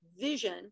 vision